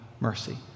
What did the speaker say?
mercy